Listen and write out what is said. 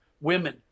women